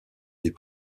des